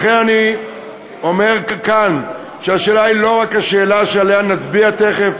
לכן אני אומר כאן שהשאלה היא לא רק השאלה שעליה נצביע תכף,